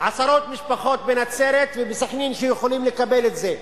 עשרות משפחות בנצרת ובסח'נין, שיכולות לקבל את זה.